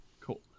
Cool